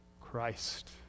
Christ